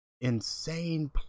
insane